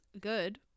good